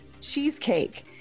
cheesecake